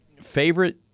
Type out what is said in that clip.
favorite